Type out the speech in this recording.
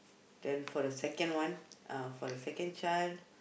then for the second one uh for the second child